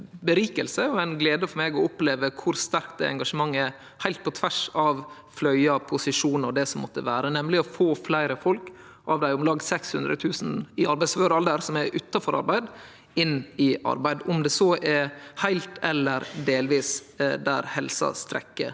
og ei glede for meg å oppleve kor sterkt engasjementet er – heilt på tvers av fløyer, posisjonar og det som måtte vere – for å få fleire av dei om lag 600 000 folka i arbeidsfør alder som er utanfor arbeid, inn i arbeid, om det så er heilt eller delvis, der helsa strekk